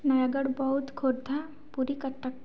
Nayagarh Boudh Khordha Puri Cuttack